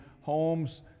homes